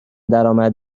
درآمد